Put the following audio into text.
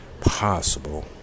possible